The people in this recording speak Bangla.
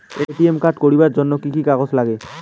এ.টি.এম কার্ড করির জন্যে কি কি কাগজ নাগে?